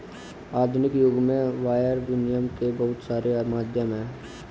आधुनिक युग में वायर विनियम के बहुत सारे माध्यम हैं